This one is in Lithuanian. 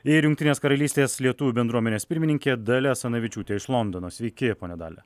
ir jungtinės karalystės lietuvių bendruomenės pirmininkė dalia asanavičiūtė iš londono sveiki ponia dalia